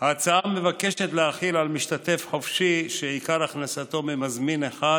ההצעה מבקשת להחיל על משתתף חופשי שעיקר הכנסתו ממזמין אחד